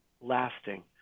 lasting